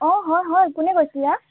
অ হয় হয় কোনে কৈছিলা